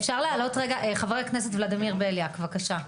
אפשר להעלות רגע, חבר הכנסת ולדימיר בליאק, בבקשה.